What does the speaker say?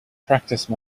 practice